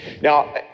Now